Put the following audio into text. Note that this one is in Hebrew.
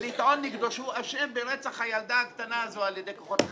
ולטעון נגדו שהוא אשם ברצח הילדה הקטנה על ידי כוחות החמאס.